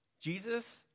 Jesus